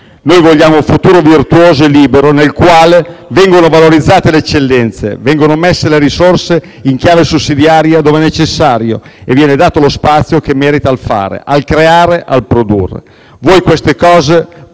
Noi vogliamo un futuro virtuoso e libero, nel quale vengono valorizzate le eccellenze, vengono messe le risorse in chiave sussidiaria dove necessario e viene dato lo spazio che merita al fare, al creare, al produrre. Per voi queste cose sono